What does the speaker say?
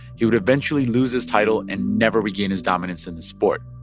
he would eventually lose his title and never regain his dominance in the sport.